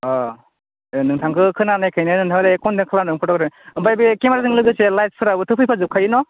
अ बे नोंथांखौ खोनानायखायनो नोंथांखौ कन्टेक्ट खालामदों फट'नि थाखाय ओमफ्राय बे केमेराजों लोगोसे लाइटफोराबो थ' फैफाजोबखायो न'